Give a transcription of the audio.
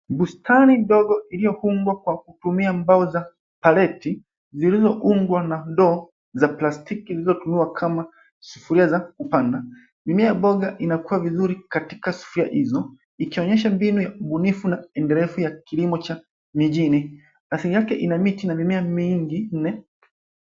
Bustani ndogo iliyoumbwa kwa kutumia mbao za paleti, zilizoumbwa na ndoo za plastiki zilizotumiwa kama sufuria za kupanda. Mimea ya mboga inakua vizuri katika sufuria izo, ikionyesha mbinu ya ubunifu na endelevu ya kilimo cha mijini. Ardhi yake ina miti na mimea mingine.